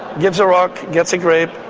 gives a rock, gets a grape.